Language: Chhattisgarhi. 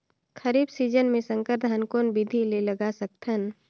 खरीफ सीजन मे संकर धान कोन विधि ले लगा सकथन?